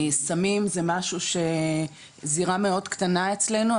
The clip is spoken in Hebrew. סמים זה משהו שזירה מאוד קטנה אצלנו,